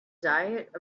diet